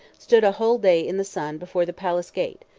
stood a whole day in the sun before the palace gate,